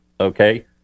Okay